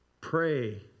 pray